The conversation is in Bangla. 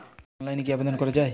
অনলাইনে কি আবেদন করা য়ায়?